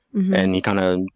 and he, kind of,